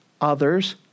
others